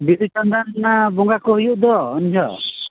ᱵᱤᱸᱫᱩ ᱪᱟᱱᱫᱟᱱ ᱚᱱᱟ ᱵᱚᱸᱜᱟ ᱠᱚ ᱦᱩᱭᱩᱜ ᱫᱚ ᱩᱱ ᱡᱚᱦᱚᱜ